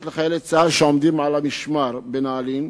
לחיילי צה"ל שעומדים על המשמר בנעלין,